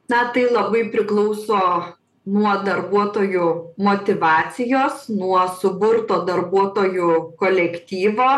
na tai labai priklauso nuo darbuotojų motyvacijos nuo suburto darbuotojų kolektyvo